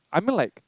I mean like